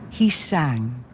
he sang.